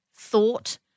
Thought